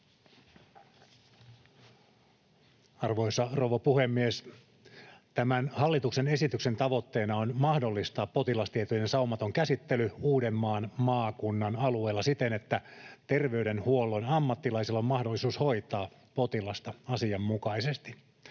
Arvoisa rouva puhemies! Tämän hallituksen esityksen tavoitteena on mahdollistaa potilastietojen saumaton käsittely Uudenmaan maakunnan alueella siten, että terveydenhuollon ammattilaisilla on mahdollisuus hoitaa potilasta asianmukaisesti.